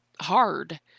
hard